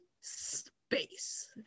Space